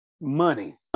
money